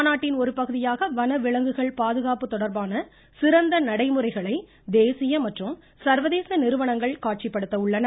மாநாட்டின் ஒருபகுதியாக வனவிலங்குகள் பாதுகாப்பு தொடர்பான சிறந்த நடைமுறைகளை தேசிய மற்றும் சர்வதேச நிறுவனங்கள் காட்சிப்படுத்த உள்ளன